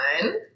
one